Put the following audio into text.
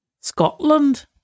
Scotland